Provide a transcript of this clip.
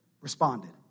responded